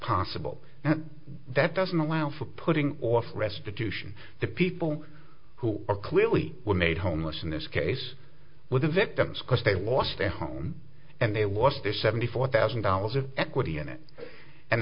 possible and that doesn't allow for putting off restitution the people who are clearly were made homeless in this case with the victims because they lost their home and they lost their seventy four thousand dollars of equity in it and